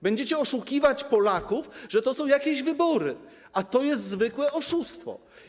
Będziecie oszukiwać Polaków, że to są jakieś wybory, a to jest zwykłe oszustwo.